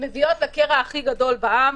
מביאות לקרע הכי גדול בעם.